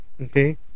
okay